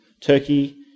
Turkey